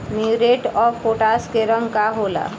Muriate of potash के रंग का होला?